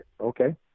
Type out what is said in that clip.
okay